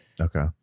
Okay